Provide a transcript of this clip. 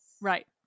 Right